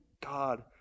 God